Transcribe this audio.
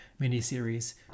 miniseries